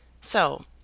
So